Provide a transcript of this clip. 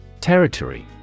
Territory